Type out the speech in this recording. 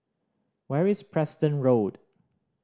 where is Preston Road